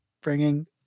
bringing